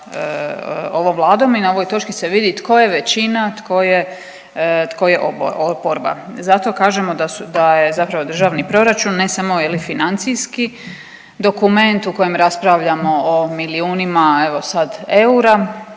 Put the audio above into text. ovom Vladom i na ovoj točki se vidi tko je većina, tko je oporba. Zato kažemo da je državni proračun ne samo financijski dokument u kojem raspravljamo o milijunima evo sad eura